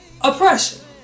oppression